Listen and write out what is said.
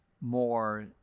more